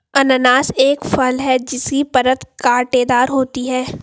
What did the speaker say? अनन्नास एक फल है जिसकी परत कांटेदार होती है